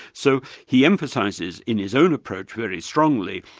so he emphasises in his own approach very strongly,